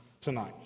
tonight